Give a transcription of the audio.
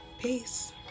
Peace